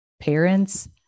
parents